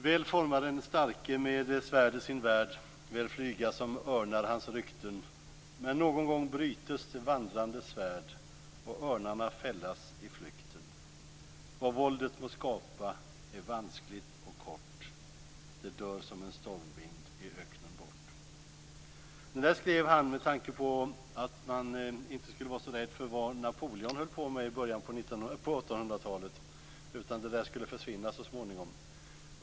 Väl formar den starke med svärdet sin värld, väl flyga som örnar hans rykten; men någon gång brytes det vandrande svärd och örnarna fällas i flykten. Vad våldet må skapa är vanskligt och kort, det dör som en stormvind i öknen bort. Det där skrev han med tanke på att man inte skulle vara så rädd för vad Napoleon höll på med i början av 1800-talet. Det skulle försvinna så småningom.